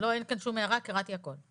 לא, אין כאן שום הערה, קראתי הכול.